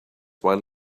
while